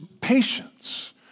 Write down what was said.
patience